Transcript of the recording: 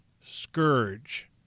scourge